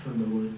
from the world